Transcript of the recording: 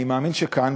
אני מאמין שכאן,